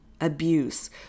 abuse